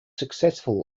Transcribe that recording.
successful